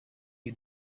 you